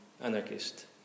anarchist